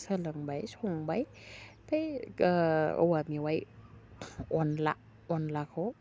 सोलोंबाय संबाय फै औवा मेवाइ अनला अनलाखौ